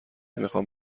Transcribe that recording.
میخام